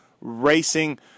Racing